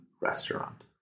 restaurant